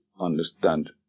understand